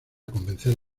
convencer